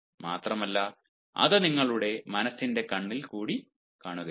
മാത്രമല്ല അത് നിങ്ങളുടെ മനസ്സിന്റെ കണ്ണിൽ നിന്ന് കാണുകയുമാണ്